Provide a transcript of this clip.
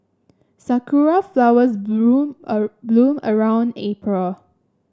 sakura flowers bloom a bloom around April